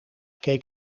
keek